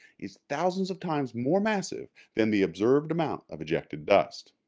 is thousands of times more massive than the observed amount of ejected dust.